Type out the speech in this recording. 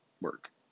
work